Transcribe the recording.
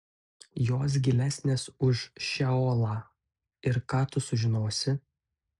jos gilesnės už šeolą ir ką tu sužinosi